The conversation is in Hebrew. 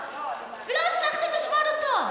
ולא הצלחתם לשבור אותו.